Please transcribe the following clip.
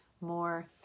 more